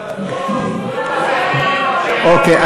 אוקיי.